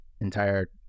entire